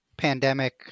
pandemic